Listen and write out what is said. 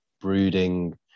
brooding